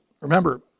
Remember